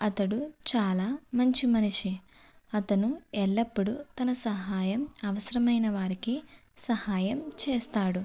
అతడు చాలా మంచి మనిషి అతను ఎల్లప్పుడూ తన సహాయం అవసరమైన వారికి సహాయం చేస్తాడు